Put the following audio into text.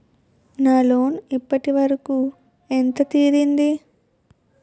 నా లోన్ ఇప్పటి వరకూ ఎంత తీరింది?